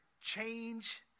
change